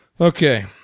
Okay